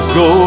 go